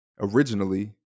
originally